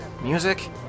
music